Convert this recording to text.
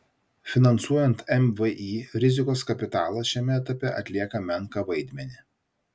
finansuojant mvį rizikos kapitalas šiame etape atlieka menką vaidmenį